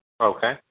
Okay